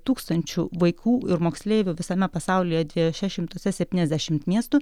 tūkstančių vaikų ir moksleivių visame pasaulyje dvejuose šimtuose septyniasdešimt miestų